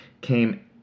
came